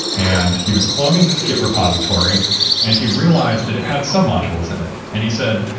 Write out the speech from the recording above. and he was cloning his git repository and he realized that it had sub-modules in it. and he said,